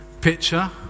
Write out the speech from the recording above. picture